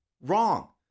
Wrong